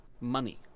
money